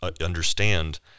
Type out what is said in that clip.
understand